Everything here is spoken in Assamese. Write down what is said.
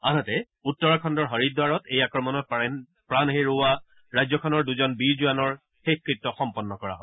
আনহাতে উত্তৰাখণ্ডৰ হৰিদ্বাৰত এই আক্ৰমণত প্ৰাণ হেৰুওৱা ৰাজ্যখনৰ দুজন বীৰ জোৱানৰ শেষকৃত্য সম্পন্ন কৰা হয়